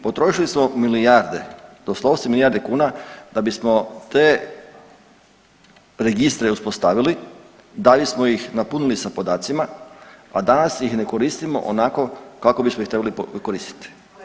Potrošili smo milijarde, doslovce milijarde kune da bismo te registre uspostavili, da bismo ih napunili sa podacima, a danas ih ne koristimo onako kako bismo ih trebali koristiti.